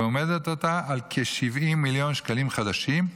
ועומדת עתה על כ-70 מיליון שקלים חדשים,